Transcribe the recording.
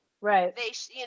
Right